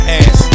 ass